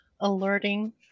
alerting